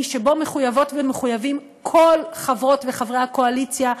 שבו מחויבות ומחויבים כל חברות וחברי הקואליציה,